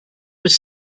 was